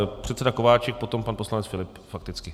Pan předseda Kováčik, potom pan poslanec Filip fakticky.